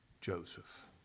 Joseph